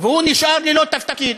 והוא נשאר ללא תפקיד.